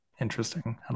Interesting